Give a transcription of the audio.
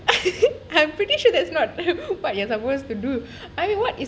I'm pretty sure that's not what you are supposed to do I mean